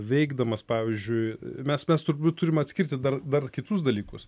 veikdamas pavyzdžiui mes mes turbūt turim atskirti dar dar kitus dalykus